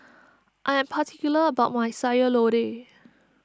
I am particular about my Sayur Lodeh